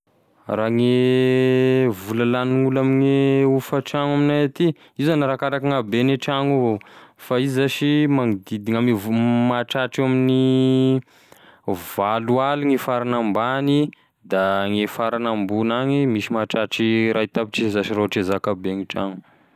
Raha gne vola lagnin'olo amine hofatrano aminay aty, io zany arakarakign'habegne tragno avao, fa izy zash magnodidigny ame vo- mahatratry amin'ny valo aligny farany ambany da gne farany ambogn'any misy mahatratry ray tapitrisa zany raha ohatry ka hoe zakabe gne tragno.